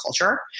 culture